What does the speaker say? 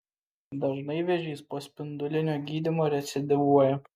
dažnai vėžys po spindulinio gydymo recidyvuoja